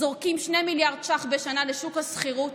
זורקים 2 מיליארד ש"ח בשנה לשוק השכירות,